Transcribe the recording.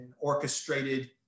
orchestrated